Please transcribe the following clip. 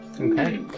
Okay